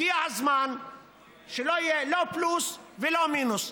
הגיע הזמן שלא יהיה לא פלוס ולא מינוס,